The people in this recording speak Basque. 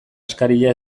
eskaria